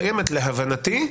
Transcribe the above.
קיימת להבנתי,